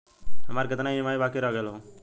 हमार कितना ई ई.एम.आई बाकी रह गइल हौ?